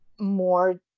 more